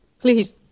Please